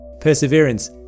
Perseverance